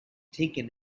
taken